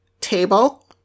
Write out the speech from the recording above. table